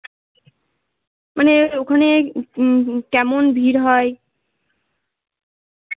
মানে ওখানে কেমন ভিড় হয়